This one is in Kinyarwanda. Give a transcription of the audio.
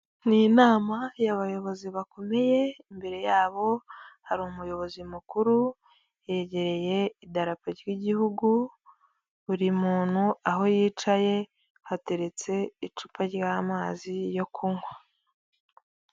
Ni inama y'abayobozi bakomeye, imbere yabo hari umuyobozi mukuru, yegereye idarapo ry'igihugu, buri muntu aho yicaye hateretse icupa ry'amazi yo kunywa.